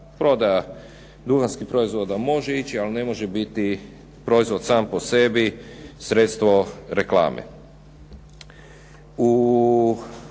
duhanskih proizvoda može ići, ali ne može biti proizvod sam po sebi sredstvo reklame.